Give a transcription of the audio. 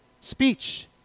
Speech